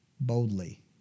boldly